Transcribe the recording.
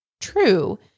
true